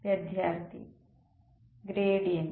വിദ്യാർത്ഥി ഗ്രേഡിയന്റ്